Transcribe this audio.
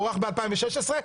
ב-2016,